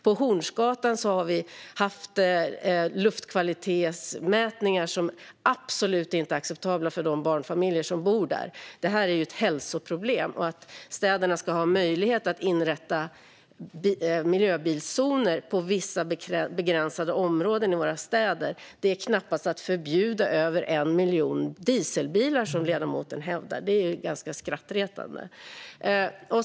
På Hornsgatan i Stockholm har vi haft luftkvalitetsmätvärden som absolut inte är acceptabla för de barnfamiljer som bor där. Det här är ett hälsoproblem. Att städerna ska ha möjlighet att inrätta miljöbilszoner i vissa begränsade områden i våra städer är knappast att förbjuda över 1 miljon dieselbilar, vilket ledamoten hävdar. Det är ganska skrattretande.